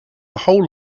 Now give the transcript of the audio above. whole